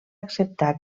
acceptar